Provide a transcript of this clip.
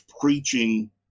preaching